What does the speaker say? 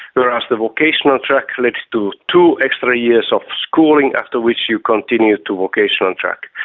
whereas the vocational track led to two extra years of schooling, after which you continued to vocational and track.